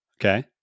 Okay